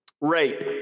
rape